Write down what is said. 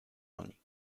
oni